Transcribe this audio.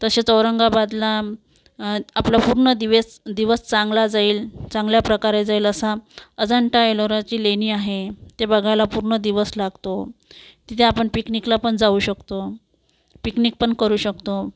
तसेच औरंगाबादला आपलं पूर्ण दिवेस दिवस चांगला जाईल चांगल्या प्रकारे जाईल असा अजंठा एलोराची लेणी आहे ते बघायला पूर्ण दिवस लागतो तिथे आपण पिकनिकला पण जाऊ शकतो पिकनिक पण करू शकतो